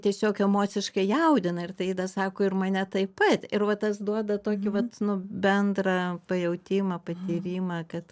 tiesiog emociškai jaudina ir taida sako ir mane taip pat ir va tas duoda tokį vat nu bendrą pajautimą patyrimą kad